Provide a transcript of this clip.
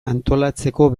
antolatzeko